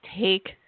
take